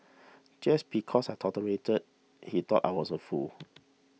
just because I tolerated he thought I was a fool